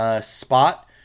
spot